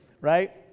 right